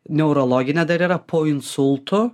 neurologinė dar yra po insulto